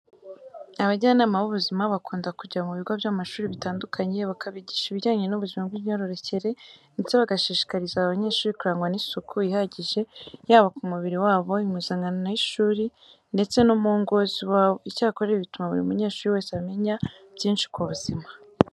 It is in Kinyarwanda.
Abajyanama b'ubuzima bakunda kujya mu bigo by'amashuri bitandukanye bakabigisha ibijyanye n'ubuzima bw'imyororokere ndetse bagashishikariza aba banyeshuri kurangwa n'isuku ihagije yaba ku mubiri wabo, impuzankano y'ishuri ndetse no mu ngo z'iwabo. Icyakora, ibi bituma buri munyeshuri wese amemya byinshi ku buzima.